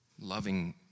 Loving